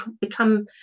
become